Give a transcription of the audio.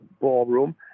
ballroom